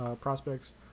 prospects